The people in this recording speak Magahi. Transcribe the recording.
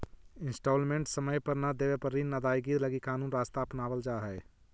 इंस्टॉलमेंट समय पर न देवे पर ऋण अदायगी लगी कानूनी रास्ता अपनावल जा हई